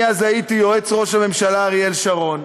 אני אז הייתי יועץ ראש הממשלה אריאל שרון,